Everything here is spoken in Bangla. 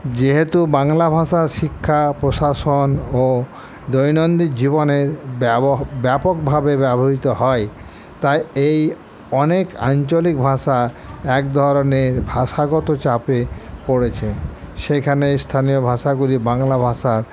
যেহেতু বাংলা ভাষা শিক্ষা প্রশাসন ও দৈনন্দিন জীবনের ব্যব ব্যাপকভাবে ব্যবহৃত হয় তাই এই অনেক আঞ্চলিক ভাষা এক ধরনের ভাষাগত চাপে পড়েছে সেখানে স্থানীয় ভাষাগুলি বাংলা ভাষার